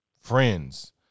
friends